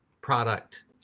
product